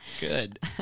Good